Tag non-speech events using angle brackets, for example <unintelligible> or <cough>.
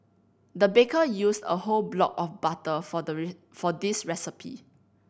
the baker used a whole block of butter for the <unintelligible> for this recipe